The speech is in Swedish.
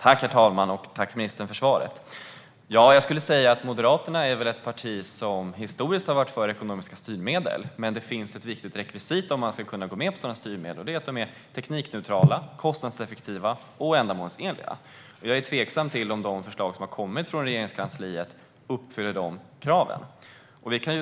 Herr talman! Tack, ministern, för svaret! Jag skulle säga att Moderaterna är ett parti som historiskt har varit för ekonomiska styrmedel, men det finns ett viktigt rekvisit om vi ska kunna gå med på sådana styrmedel: De ska vara teknikneutrala, kostnadseffektiva och ändamålsenliga. Jag är tveksam till om de förslag som har kommit från Regeringskansliet uppfyller dessa